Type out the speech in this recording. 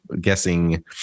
guessing